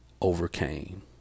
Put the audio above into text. overcame